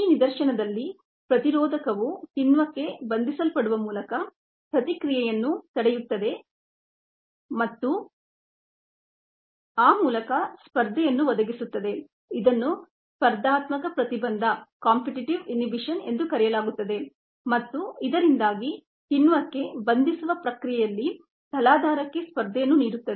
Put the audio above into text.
ಈ ನಿದರ್ಶನದಲ್ಲಿ ಪ್ರತಿರೋಧಕವು ಕಿಣ್ವಕ್ಕೆ ಬಂಧಿಸಲ್ಪಡುವ ಮೂಲಕ ಪ್ರತಿಕ್ರಿಯೆಯನ್ನು ತಡೆಯುತ್ತದೆ ಮತ್ತು ಆ ಮೂಲಕ ಸ್ಪರ್ಧೆಯನ್ನು ಒದಗಿಸುತ್ತದೆ ಇದನ್ನು ಸ್ಪರ್ಧಾತ್ಮಕ ಪ್ರತಿಬಂಧ ಎಂದು ಕರೆಯಲಾಗುತ್ತದೆ ಮತ್ತು ಇದರಿಂದಾಗಿ ಕಿಣ್ವಕ್ಕೆ ಬಂಧಿಸುವ ಪ್ರಕ್ರಿಯೆಯಲ್ಲಿ ತಲಾಧಾರಕ್ಕೆ ಸ್ಪರ್ಧೆಯನ್ನು ನೀಡುತ್ತದೆ